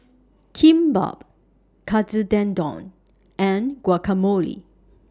Kimbap Katsu Tendon and Guacamole